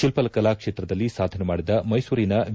ಶಿಲ್ಪಕಲಾ ಕ್ಷೇತ್ರದಲ್ಲಿ ಸಾಧನೆ ಮಾಡಿದ ಮೈಸೂರಿನ ವಿ